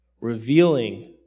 revealing